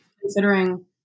considering